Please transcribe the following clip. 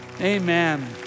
Amen